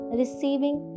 receiving